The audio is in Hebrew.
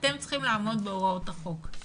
ואתם צריכים לעמוד בהוראות החוק.